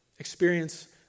experience